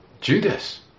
Judas